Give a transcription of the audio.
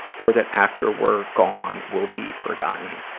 or that after we're gone, we'll be forgotten.